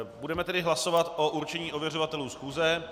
Budeme tedy hlasovat o určení ověřovatelů schůze.